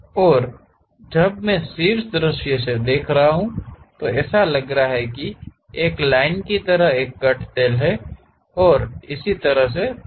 और जब मैं शीर्ष दृश्य से देख रहा हूं तो ऐसा लग रहा है कि एक लाइन की तरह एक कट तल है और इस तरह से तीर दिशा होगी